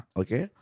okay